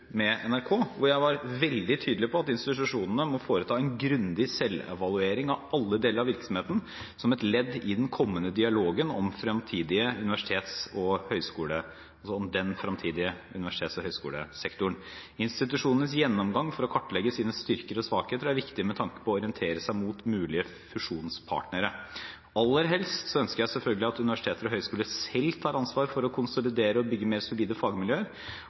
med NRK at jeg var veldig tydelig på at institusjonene må foreta en grundig selvevaluering av alle deler av virksomheten, som et ledd i den kommende dialogen om den fremtidige universitets- og høyskolesektoren. Institusjonenes gjennomgang for å kartlegge sine styrker og svakheter er viktig med tanke på å orientere seg mot mulige fusjonspartnere. Aller helst ønsker jeg selvfølgelig at universiteter og høyskoler selv tar ansvar for å konsolidere og bygge mer solide fagmiljøer,